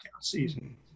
season